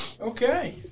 Okay